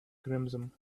crimson